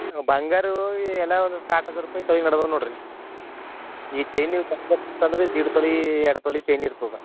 ಬಂಗಾರ ಈಗ ಎಲ್ಲ ಒಂದು ಸಾಟ್ ಹಝಾರ್ ರೂಪಾಯಿಗೆ ನಡ್ದದ್ ನೋಡ್ರಿ ಈಗ್ ಚೈನ್ ನೀವು ತಕ್ಬೇಕು ಅಂತದ್ರ ದೀಡ್ ತೊಲಿ ಎರಡು ತೊಲಿ ಚೈನ್ ಇರ್ತದ